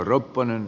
kiitos